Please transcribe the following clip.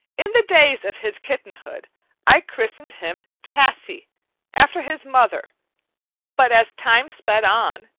in the days of his kittenhood i christened him tassie after his mother but as time sped on,